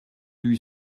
lui